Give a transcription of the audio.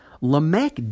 Lamech